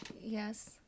Yes